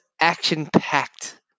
Action-packed